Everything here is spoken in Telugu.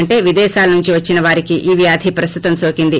అంటే విదేశాల నుంచి వచ్చిన వారికి ఈ వ్యాధి ప్రస్తుతం నోకింది